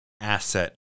asset